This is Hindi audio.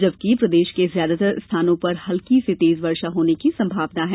जबकि प्रदेश के अधिकांश स्थानों पर हल्की से तेज वर्षा होने की संभावना है